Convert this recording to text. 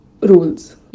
rules